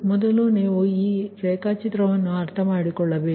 ಮೊದಲು ನೀವು ಈ ರೇಖಾಚಿತ್ರವನ್ನು ಅರ್ಥಮಾಡಿಕೊಳ್ಳಬೇಕು